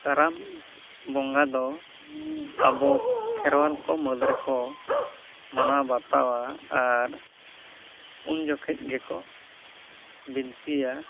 ᱠᱟᱨᱟᱢ ᱵᱚᱸᱜᱟ ᱫᱚ ᱟᱵᱚ ᱠᱷᱮᱨᱣᱟᱞ ᱠᱚ ᱢᱩᱫᱽ ᱨᱮᱠᱚ ᱢᱟᱱᱟᱣ ᱵᱟᱛᱟᱣᱟ ᱟᱨ ᱩᱱ ᱡᱚᱠᱷᱮᱡ ᱜᱮᱠᱚ ᱵᱤᱱᱛᱤᱭᱟ